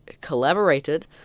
collaborated